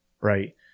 Right